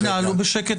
והתנהלו בשקט מופתי.